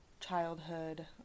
childhood